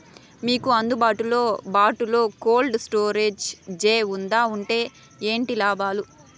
మీకు అందుబాటులో బాటులో కోల్డ్ స్టోరేజ్ జే వుందా వుంటే ఏంటి లాభాలు?